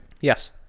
Yes